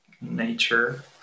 nature